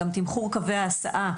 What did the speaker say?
גם תמחור קווי ההסעה,